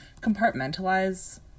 compartmentalize